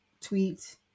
tweet